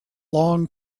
long